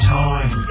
time